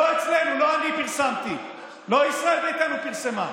לא אצלנו, לא אני פרסמתי, לא ישראל ביתנו פרסמה.